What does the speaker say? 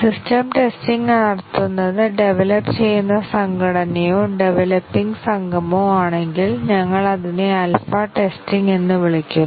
system testing നടത്തുന്നത് develop ചെയ്യുന്ന സംഘടനയോ ഡെവലപ്പിങ് സംഘമോ ആണെങ്കിൽ ഞങ്ങൾ അതിനെ ആൽഫാ ടെസ്റ്റിംഗ് എന്ന് വിളിക്കുന്നു